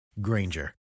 Granger